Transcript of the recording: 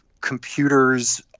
computers